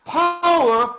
power